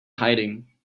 hiding